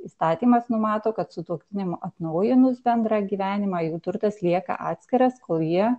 įstatymas numato kad sutuoktiniam atnaujinus bendrą gyvenimą jų turtas lieka atskiras kol jie